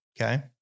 okay